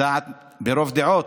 ברוב דעות,